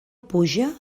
puja